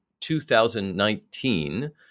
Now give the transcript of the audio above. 2019